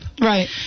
right